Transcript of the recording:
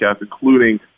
including